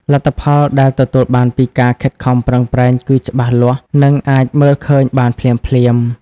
លទ្ធផលដែលទទួលបានពីការខិតខំប្រឹងប្រែងគឺច្បាស់លាស់ និងអាចមើលឃើញបានភ្លាមៗ។